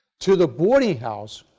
to the boarding house,